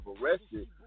arrested